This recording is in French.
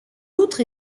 outre